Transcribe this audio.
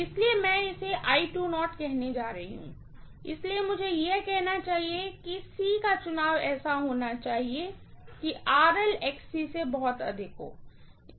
इसलिए मैं इसे कहने जा रही हूँ इसलिए मुझे यह कहना चाहिए कि का चुनाव ऐसा होना चाहिए कि से बहुत अधिक हो